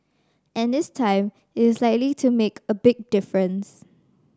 and this time it is likely to make a big difference